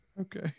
Okay